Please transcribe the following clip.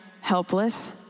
helpless